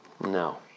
No